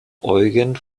eugen